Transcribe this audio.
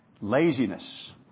Laziness